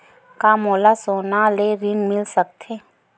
का मोला सोना ले ऋण मिल सकथे?